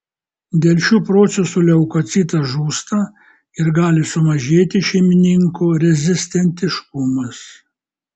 dėl šių procesų leukocitas žūsta ir gali sumažėti šeimininko rezistentiškumas